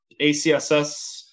ACSS